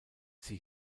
sie